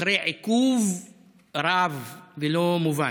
אחרי עיכוב רב ולא מובן.